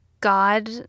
God